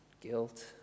guilt